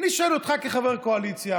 אני שואל אותך כחבר קואליציה,